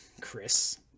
Chris